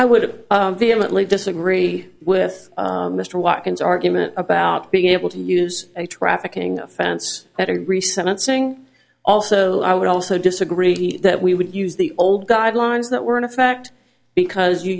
i would have vehemently disagree with mr watkins argument about being able to use a trafficking offense at a recent saying also i would also disagree that we would use the old guidelines that were in a fact because you